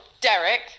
Derek